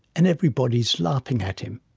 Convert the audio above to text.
and everybody's laughing at him.